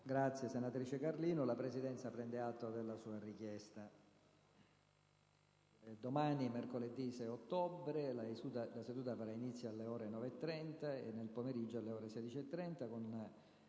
Senatrice Carlino, la Presidenza prende atto della sua richiesta.